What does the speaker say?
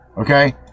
Okay